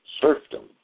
serfdom